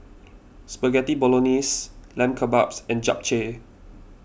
Spaghetti Bolognese Lamb Kebabs and Japchae